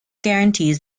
guarantees